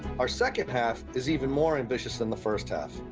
our second half is even more ambitious than the first half.